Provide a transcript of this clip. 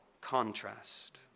contrast